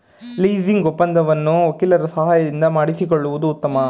leasing ಒಪ್ಪಂದವನ್ನು ವಕೀಲರ ಸಹಾಯದಿಂದ ಮಾಡಿಸಿಕೊಳ್ಳುವುದು ಉತ್ತಮ